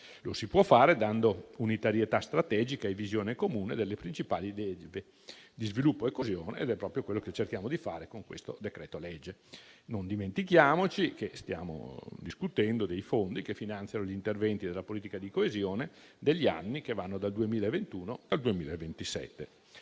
Lo si può fare dando unitarietà strategica e visione comune delle principali politiche di sviluppo e coesione, ed è proprio quello che cerchiamo di fare con questo decreto-legge. Non dimentichiamoci che stiamo discutendo dei fondi che finanziano gli interventi della politica di coesione degli anni che vanno dal 2021 al 2027.